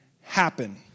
Happen